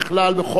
חקלאות,